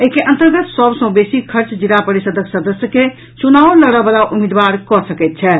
एहि के अन्तर्गत सभ सँ बेसी खर्च जिला परिषदक सदस्य के चुनाव लड़ऽ बला उम्मीदवार कऽ सकैत छथि